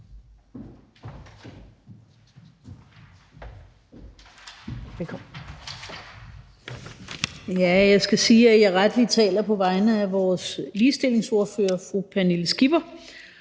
Tak. Jeg skal sige, at jeg rettelig taler på vegne af vores ligestillingsordfører, fru Pernille Skipper,